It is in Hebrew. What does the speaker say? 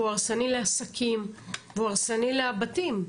והוא הרסני לעסקים והוא הרסני לבתים.